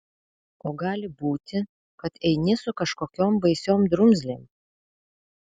o gali būti kad eini su kažkokiom baisiom drumzlėm